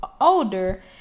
older